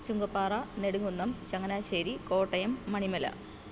Chungappara Nedumkunnam Changanassery Kottayam Manimala